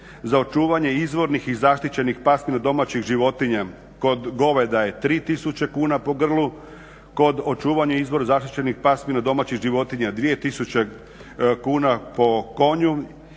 za očuvanje izvornih i zaštićenih pasmina domaćih životinja kod goveda je 3000 kn po grlu, kod očuvanih izvora zaštićenih pasmina domaćih životinja 2000 kn po konju,